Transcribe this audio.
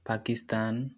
Pakistan